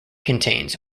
contains